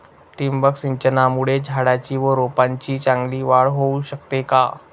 ठिबक सिंचनामुळे झाडाची व रोपांची चांगली वाढ होऊ शकते का?